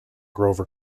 grover